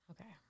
Okay